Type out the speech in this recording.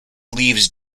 leaves